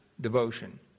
devotion